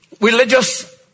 religious